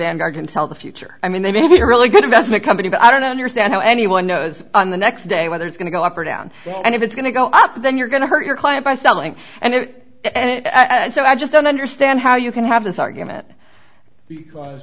vanguard can tell the future i mean they may be really good investment company but i don't understand how anyone knows on the next day whether it's going to go up or down and if it's going to go up then you're going to hurt your client by selling and it and so i just don't understand how you can have this argument because